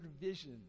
vision